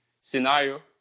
scenario